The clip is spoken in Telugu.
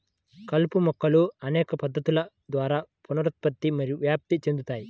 కలుపు మొక్కలు అనేక పద్ధతుల ద్వారా పునరుత్పత్తి మరియు వ్యాప్తి చెందుతాయి